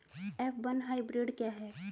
F one hybrid क्या है?